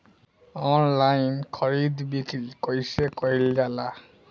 Online खरीद बिक्री कइसे कइल जाला?